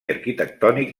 arquitectònic